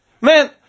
Man